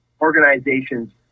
organizations